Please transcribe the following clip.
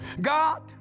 God